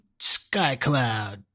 SkyCloud